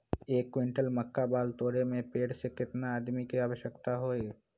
एक क्विंटल मक्का बाल तोरे में पेड़ से केतना आदमी के आवश्कता होई?